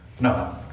No